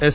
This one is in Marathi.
एस